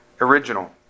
original